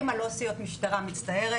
מצטערת,